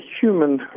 human